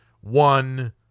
one